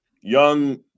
young